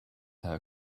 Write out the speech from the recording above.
her